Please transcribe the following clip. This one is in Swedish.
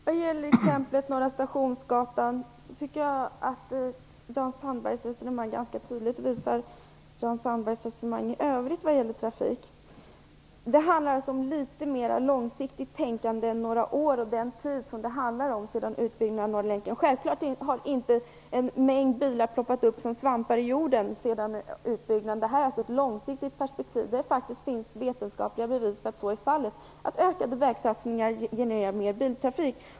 Herr talman! Vad gäller exemplet Norra Stationsgatan tycker jag att Jan Sandbergs resonemang ganska tydligt visar hans resonemang i övrigt vad gäller trafik. Vad det handlar om är alltså litet mer långsiktigt tänkande än några år och den tid som gått sedan utbyggnaden av Norra länken. Självklart har inte en mängd bilar ploppat upp som svampar ur jorden sedan utbyggnaden; det här är alltså ett långsiktigt perspektiv. Och det finns faktiskt vetenskapliga bevis för att ökade vägsatsningar genererar mer biltrafik.